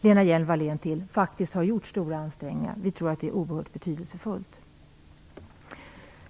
Lena Hjelm Wallén till - faktiskt har gjort stora ansträngningar. Vi tror att det är oerhört betydelsefullt.